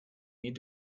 need